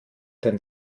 den